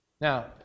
Now